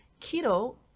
keto